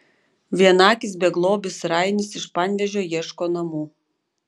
vienaakis beglobis rainis iš panevėžio ieško namų